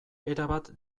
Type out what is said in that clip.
erabat